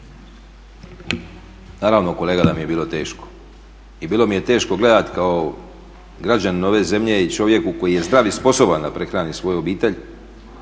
Naravno kolega da mi je bilo teško. I bilo mi je teško gledati kao građanin ove zemlje i čovjeku koji je zdrav i sposoban da prehrani svoju obitelj